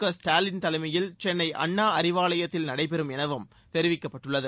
கஸ்டாலின் தலைமையில் சென்னை அண்ணா அறிவாலயத்தில் நடைபெறும் எனவும் தெரிவிக்கப்பட்டுள்ளது